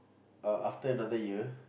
uh after another year